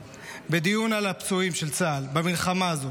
בדיון על הפצועים של צה"ל במלחמה הזו,